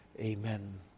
Amen